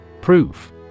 Proof